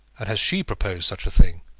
and has she proposed such a thing?